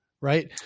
Right